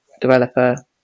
developer